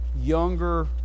younger